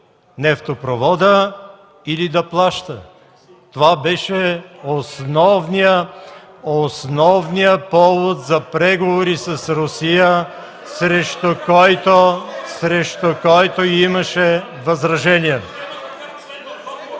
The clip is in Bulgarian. нефтопровода или да плаща. Това беше основният повод за преговори с Русия, срещу който имаше възражения.